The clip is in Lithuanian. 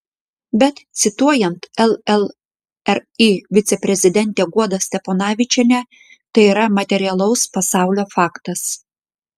bet cituojant llri viceprezidentę guodą steponavičienę tai yra materialaus pasaulio faktas